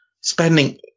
spending